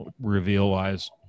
reveal-wise